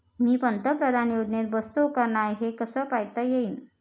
मी पंतप्रधान योजनेत बसतो का नाय, हे कस पायता येईन?